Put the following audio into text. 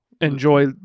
enjoy